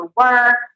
work